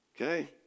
Okay